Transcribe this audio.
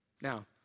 Now